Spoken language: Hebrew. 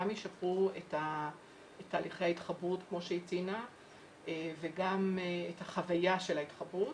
ישפרו את תהליכי ההתחברות כפי שהיא ציינה וגם את החוויה של ההתחברות,